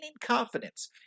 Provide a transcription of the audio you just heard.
confidence